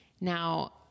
Now